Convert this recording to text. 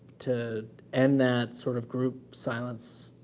to end that sort of group silence,